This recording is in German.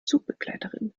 zugbegleiterin